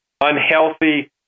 unhealthy